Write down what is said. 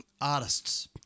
artists